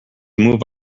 move